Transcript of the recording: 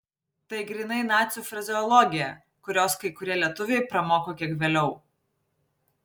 tai grynai nacių frazeologija kurios kai kurie lietuviai pramoko kiek vėliau